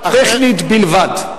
זו פעולה טכנית בלבד.